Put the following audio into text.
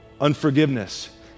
unforgiveness